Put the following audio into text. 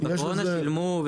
בקורונה שילמו,